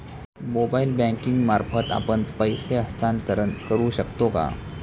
Mobile banking मार्फत आपण पैसे हस्तांतरण करू शकतो का?